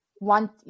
want